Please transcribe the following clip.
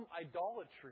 idolatry